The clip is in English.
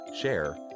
share